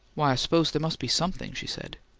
why, i suppose there must be something, she said.